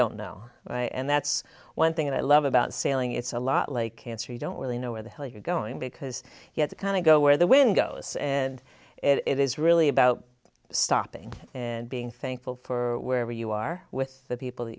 don't know and that's one thing i love about sailing it's a lot like cancer you don't really know where the hell you're going because you have to kind of go where the wind goes and it is really about stopping and being thankful for where you are with the people that